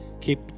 keep